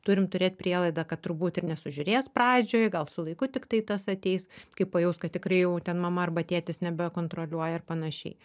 turim turėt prielaidą kad turbūt ir nesužiūrės pradžioj gal su laiku tiktai tas ateis kai pajaus kad tikrai jau ten mama arba tėtis nebekontroliuoja ir panašiai